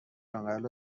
قبل